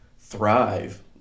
thrive